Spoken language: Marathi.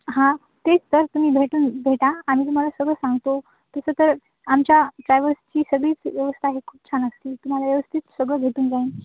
हां तेच तर तुम्ही भेटून भेटा आम्ही तुम्हाला सगळं सांगतो तसं तर आमच्या ट्रॅव्हल्सची सगळीच व्यवस्था आहे खूप छान असती तुम्हाला व्यवस्थित सगळं भेटून जाईन